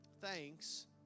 Thanks